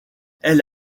elle